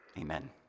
amen